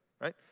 right